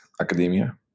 academia